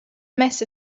mess